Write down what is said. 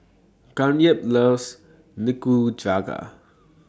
Kathyrn loves Nikujaga